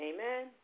Amen